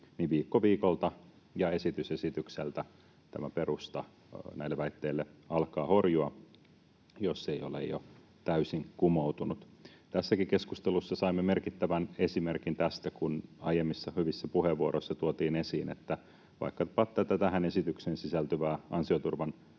viikko viikolta ja esitys esitykseltä tämä perusta näille väitteille alkaa horjua — jos ei ole jo täysin kumoutunut. Tässäkin keskustelussa saimme merkittävän esimerkin tästä, kun aiemmissa hyvissä puheenvuoroissa tuotiin esiin, että vaikkapa tätä tähän esitykseen sisältyvää ansioturvan